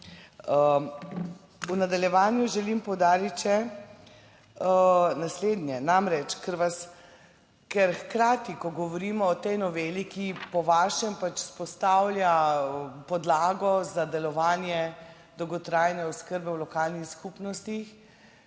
V nadaljevanju želim poudariti še naslednje. Namreč ker vas, ker hkrati, ko govorimo o tej noveli, ki po vašem pač vzpostavlja podlago za delovanje dolgotrajne oskrbe v lokalnih skupnostih,